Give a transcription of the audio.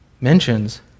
mentions